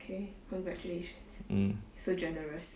mm